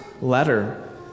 letter